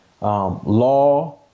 law